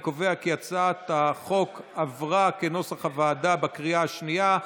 אני קובע כי הצעת החוק כנוסח הוועדה עברה בקריאה השנייה.